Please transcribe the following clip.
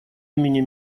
имени